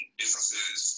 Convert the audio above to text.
businesses